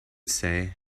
say